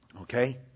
Okay